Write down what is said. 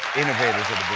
innovators of